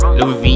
Louis